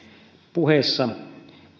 puheessa